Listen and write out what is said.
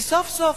וסוף-סוף,